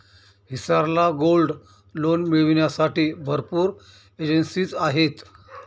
हिसार ला gold loan मिळविण्यासाठी भरपूर एजेंसीज आहेत